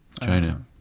China